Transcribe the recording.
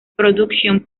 production